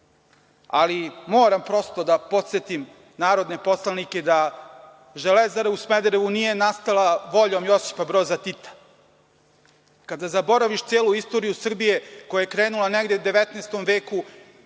ali moram prosto da podsetim narodne poslanike da Železara u Smederevu nije nastala voljom Josipa Broza Tita. Kada zaboraviš celu istoriju Srbije, koja je krenula negde u 19. veku